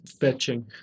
fetching